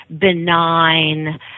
benign